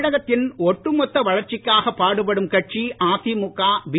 தமிழகத்தின்ஒட்டுமொத்தவளர்ச்சிக்காகபாடுபடும்கட்சிஅதிமுக B